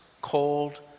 cold